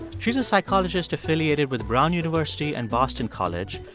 she's a psychologist affiliated with brown university and boston college.